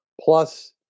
Plus